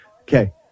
Okay